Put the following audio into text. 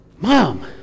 Mom